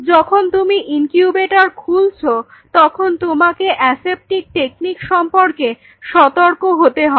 যখন তুমি ইনকিউবেটর খুলছো তখন তোমাকে অ্যাসেপটিক টেকনিক সম্পর্কে সতর্ক হতে হবে